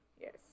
Yes